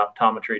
optometry